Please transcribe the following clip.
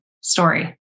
story